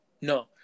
No